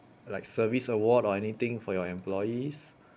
like service award or anything for your employees